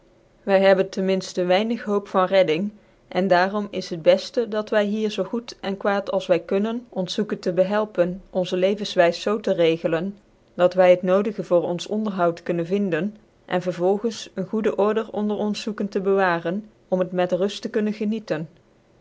wy hebben ten minftcn wynig hoop van redding cn daarom is het befte dat wy hier zoo goed cn kwaad als wy kunnen ons zoeken tc behelpen onze levcnswys zoo te regelen dat wy het nodjge voor ons onderhoud kunnen vinden en vervolgens een goede order onderons zoeken te bewaren om het met ruil te kunnen genieten